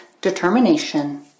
determination